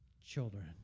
children